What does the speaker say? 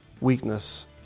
weakness